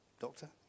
doctor